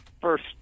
first